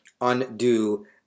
undo